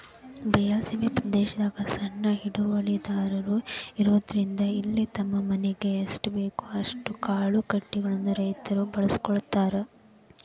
ಬಯಲ ಸೇಮಿ ಪ್ರದೇಶದಾಗ ಸಣ್ಣ ಹಿಡುವಳಿದಾರರು ಇರೋದ್ರಿಂದ ಇಲ್ಲಿ ತಮ್ಮ ಮನಿಗೆ ಎಸ್ಟಬೇಕೋ ಅಷ್ಟ ಕಾಳುಕಡಿಗಳನ್ನ ರೈತರು ಬೆಳ್ಕೋತಾರ